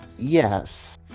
Yes